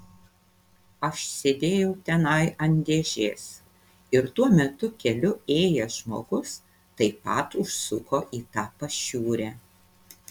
aš sėdėjau tenai ant dėžės ir tuo metu keliu ėjęs žmogus taip pat užsuko į tą pašiūrę